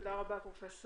תודה רבה, פרופ'